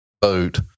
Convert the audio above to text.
boat